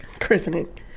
christening